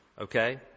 okay